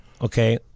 okay